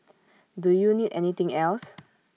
do you need anything else